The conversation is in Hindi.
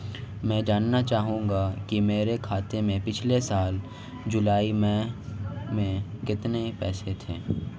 मैं जानना चाहूंगा कि मेरे खाते में पिछले साल जुलाई माह में कितने पैसे थे?